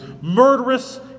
murderous